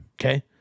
Okay